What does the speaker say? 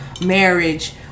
marriage